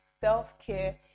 self-care